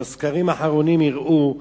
הסקרים האחרונים הראו,